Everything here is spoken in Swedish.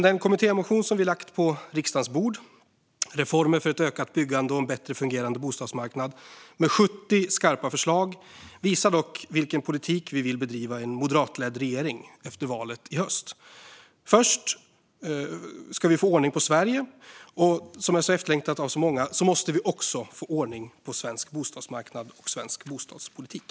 Den kommittémotion som vi lagt på riksdagens bord - Reformer för ett ökat byggande och en bättre fungerande bostadsmarknad - med 70 skarpa förslag, visar dock vilken politik vi vill bedriva i en moderatledd regering efter valet i höst. För att vi ska få ordning på Sverige, som är efterlängtat av många, måste vi också få ordning på svensk bostadsmarknad och svensk bostadspolitik.